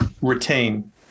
retain